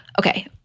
Okay